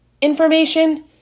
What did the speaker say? information